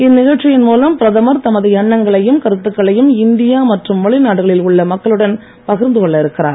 இந்நிகழ்ச்சியின் மூலம் பிரதமர் தமது எண்ணங்களையும் கருத்துக்களையும் இந்தியா மற்றும் வெளிநாடுகளில் உள்ள மக்களுடன் பகிர்ந்துகொள்ள இருக்கிறார்